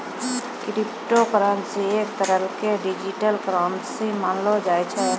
crypto currency एक तरह के डिजिटल करन्सी मानलो जाय छै